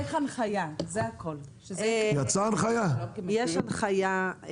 יצאה הנחיה?